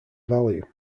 value